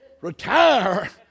Retire